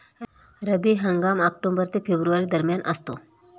रब्बी हंगाम ऑक्टोबर ते फेब्रुवारी दरम्यान असतो